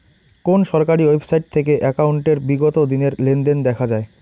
কোন সরকারি ওয়েবসাইট থেকে একাউন্টের বিগত দিনের লেনদেন দেখা যায়?